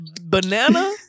banana